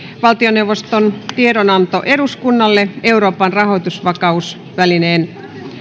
valtioneuvoston tiedonanto eduskunnalle euroopan rahoitusvakausvälineen